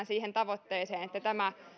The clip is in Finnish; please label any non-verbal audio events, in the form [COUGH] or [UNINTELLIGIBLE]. [UNINTELLIGIBLE] siihen tavoitteeseen että